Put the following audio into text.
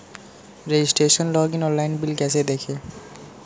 Registration login online bill कैसे देखें?